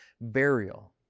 burial